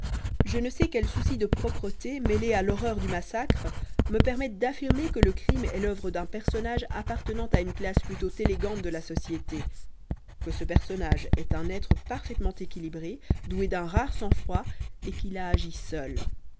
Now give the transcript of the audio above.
je ne sais quel souci de propreté mêlé à l'horreur du massacre me permettent d'affirmer que le crime est l'oeuvre d'un personnage appartenant à une classe plutôt élégante de la société que ce personnage est un être parfaitement équilibré doué d'un rare sang-froid et qu'il a agi seul